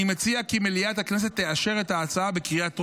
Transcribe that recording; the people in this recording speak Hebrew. אני מציע כי מליאת הכנסת תאשר את ההצעה בקריאה טרומית.